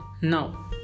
Now